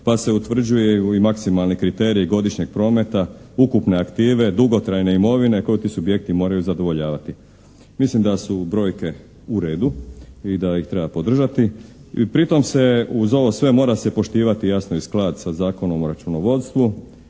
pa se utvrđuje i maksimalni kriterij godišnjeg prometa, ukupne aktive, dugotrajne imovine koju ti subjekti moraju zadovoljavati. Mislim da su brojke u redu i da ih treba podržati i pritom se uz ovo sve mora se poštivati i jasno i sklad sa Zakonom o računovodstvu,